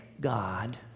God